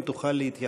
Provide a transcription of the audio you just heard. אם תוכל להתייחס,